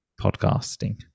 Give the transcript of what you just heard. podcasting